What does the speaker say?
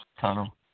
tunnel